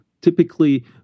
typically